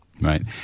Right